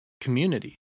community